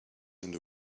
hand